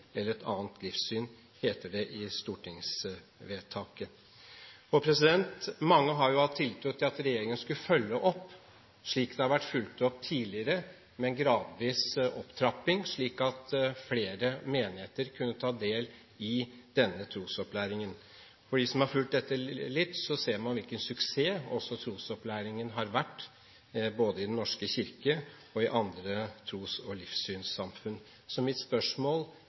eller et annet livssyn». Mange har hatt tiltro til at regjeringen skulle følge opp, slik det har vært fulgt opp tidligere, med en gradvis opptrapping, slik at flere menigheter kunne ta del i denne trosopplæringen. Hvis man har fulgt dette litt, ser man hvilken suksess trosopplæringen har vært både i Den norske kirke og i andre tros- og livssynssamfunn. Så mine spørsmål